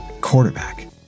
quarterback